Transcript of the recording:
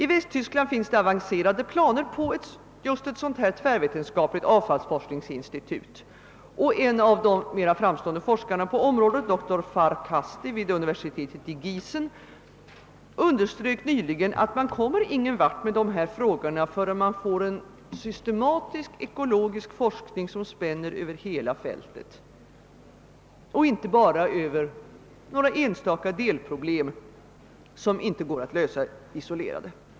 I Västtyskland finns avancerade planer på ett tvärvetenskapligt avfallsforskningsinstitut, och en av de mera framstående forskarna på området, dr Farkasdi vid universitetet i Giessen, underströk nyligen att man inte kommer någon vart med dessa frågor innan man fått en systematisk ekologisk forskning som spänner över hela fältet och inte bara över enstaka delproblem, som ändå inte kan lösas isolerade.